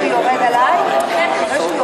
בטח.